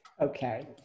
Okay